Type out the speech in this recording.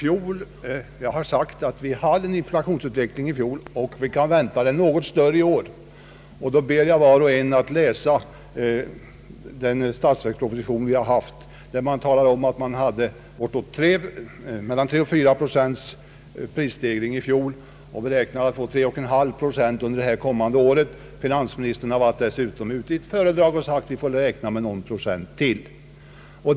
Jag har sagt att vi hade en inflationsutveckling i fjol och att vi kan vänta en något större i år. Jag ber var och en att läsa statsverkspropositionen. Där talas om att vi hade mellan 3 och 4 procents prisstegring i fjol och att vi beräknas få 3,5 procent under det kom mande året. Finansministern har dessutom sagt i föredrag att vi får räkna med ytterligare någon procent.